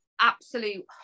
Absolute